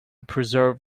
preserve